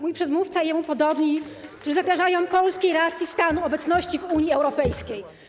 Mój przedmówca i jemu podobni, którzy zagrażają polskiej racji stanu, obecności w Unii Europejskiej.